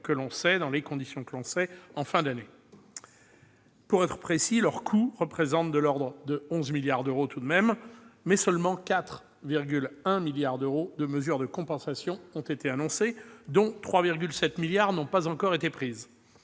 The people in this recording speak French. adoptées, dans les conditions que l'on sait, en fin d'année. Pour être précis, leur coût est de l'ordre de 11 milliards d'euros tout de même, mais seulement 4,1 milliards d'euros de mesures de compensation ont été annoncées, sans avoir encore été prises